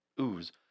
ooze